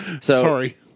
Sorry